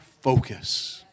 focus